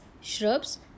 shrubs